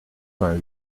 vingt